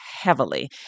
heavily